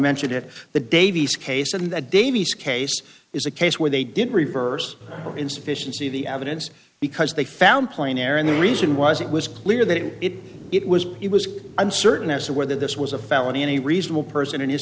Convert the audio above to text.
mentioned if the davies case and the davies case is a case where they didn't reverse the insufficiency of the evidence because they found plain air and the reason was it was clear that it it was he was uncertain as to whether this was a felony any reasonable person in his